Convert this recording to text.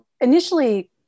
initially